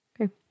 Okay